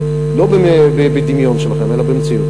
לא בדמיון שלכם אלא במציאות.